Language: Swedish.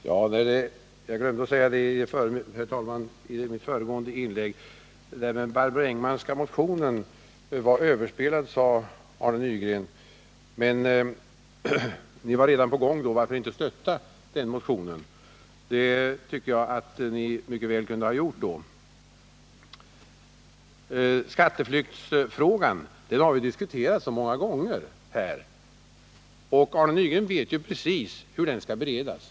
Herr talman! Jag glömde en sak i mitt föregående inlägg. Den Barbro Engman-Nordinska motionen var överspelad, sade Arne Nygren. Ni var redan på gång då. Varför stöttade ni inte den motionen? Det kunde ni mycket väl ha gjort. Skatteflyktsfrågan har vi diskuterat väldigt många gånger här. Arne Nygren vet precis hur den skall beredas.